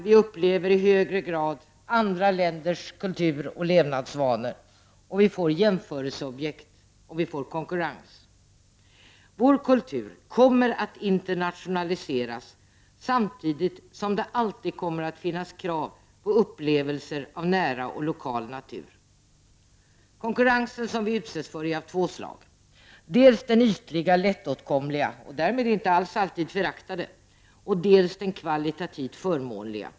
Vi upplever i högre grad andra länders kultur och levnadsvanor, och vi får jämförelseobjekt och konkurrens. Vår kultur kommer att internationaliseras samtidigt som det alltid kommer att finnas krav på upplevelser av nära och lokal natur. Den konkurrens vi utsätts för är av två slag, dels den ytliga lättåtkomliga — och därmed inte alls alltid föraktade —, dels den kvalitativt förnämliga.